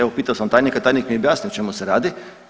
Evo pitao sam tajnika, tajnik mije objasnio o čemu se radi.